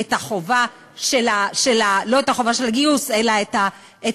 את החובה, לא את החובה של הגיוס, אלא את היעדים.